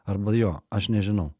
arba jo aš nežinau